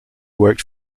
worked